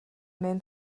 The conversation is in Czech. mém